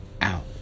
out